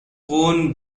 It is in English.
won